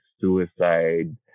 suicide